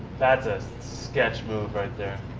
that's a sketch move right there.